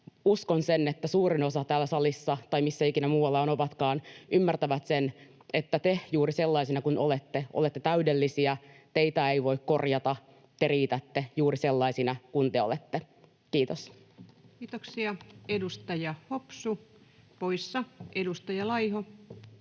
uskon, että suurin osa täällä salissa, tai missä ikinä muualla ovatkaan, ymmärtää, että te, juuri sellaisina kuin olette, olette täydellisiä, teitä ei voi korjata ja te riitätte juuri sellaisina kuin olette. — Kiitos. [Speech 189] Speaker: Ensimmäinen